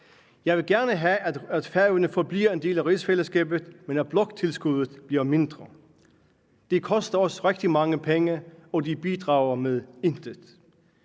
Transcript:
jeg vil gerne have, at Færøerne forbliver en del af rigsfællesskabet, men at bloktilskuddet bliver mindre; de koster os rigtig mange penge, og de bidrager med intet;